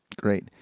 Great